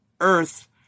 Earth